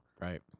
right